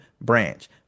branch